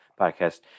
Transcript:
podcast